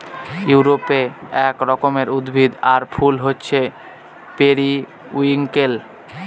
ইউরোপে এক রকমের উদ্ভিদ আর ফুল হছে পেরিউইঙ্কেল